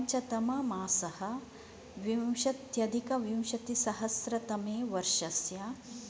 पञ्चतममासः विंशत्यधिकविंशतिसहस्रतमे वर्षस्य